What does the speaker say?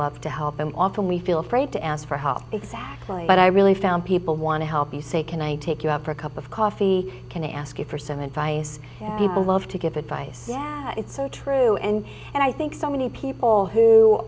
love to help them often we feel afraid to ask for help exactly but i really found people want to help you say can i take you out for a cup of coffee can i ask you for some advice people love to give advice it's so true and and i think so many people who